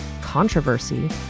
controversy